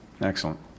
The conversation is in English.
Excellent